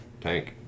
tank